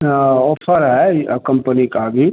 हाँ ऑफर है कम्पनी का अभी